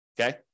okay